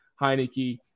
Heineke